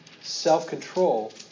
self-control